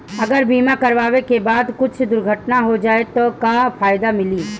अगर बीमा करावे के बाद कुछ दुर्घटना हो जाई त का फायदा मिली?